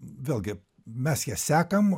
vėlgi mes ją sekam